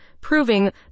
proving